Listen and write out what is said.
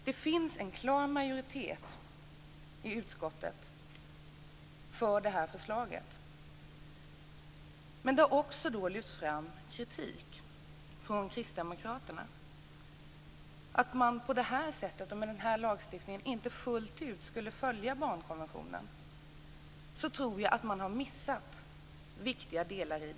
Det finns en klar majoritet i utskottet för detta förslag, men det har också lyfts fram kritik från Kristdemokraterna om att man med denna lagstiftning inte skulle leva upp till barnkonventionen, men då har kristdemokraterna missat viktiga delar.